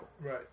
Right